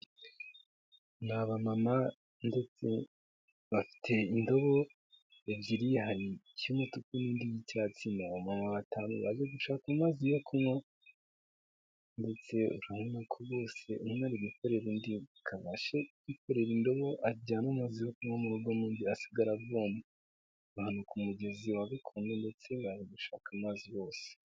Ni abamama ndetse bafite indobo ebyiri hari iy'umutuku n'indi y'icyatsi, ni abamama batanu baje gushaka amazi yo kunywa ndetse urana ko bose umwe ari gukorera undi ngo abashe kwikorera indobo ajyane amazi mu rugo undi asigara avoma. Abantu ku mugezi bari kumwe ndetse baje gushaka amazi bose.